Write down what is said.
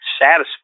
satisfied